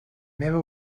meva